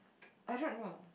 I don't know